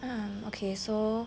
um okay so